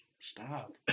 Stop